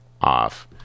off